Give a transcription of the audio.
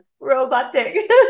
robotic